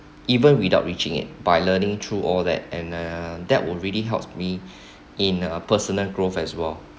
even without reaching it by learning through all that um that would really help me in personal growth as well